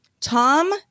Tom